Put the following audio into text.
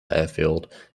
airfield